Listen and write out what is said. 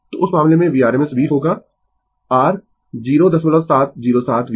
तो उस मामले में Vrms भी होगा r 0707 Vm